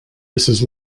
mrs